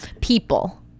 people